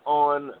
on